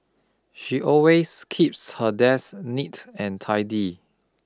she always keeps her desk neat and tidy